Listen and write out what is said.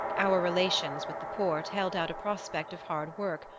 our relations with the porte held out a prospect of hard work,